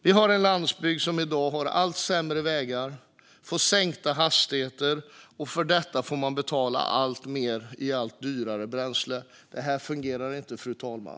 Vi har en landsbygd som har allt sämre vägar med sänkta hastigheter, och ovanpå detta får man betala alltmer i och med det allt dyrare bränslet. Det här fungerar inte, fru talman.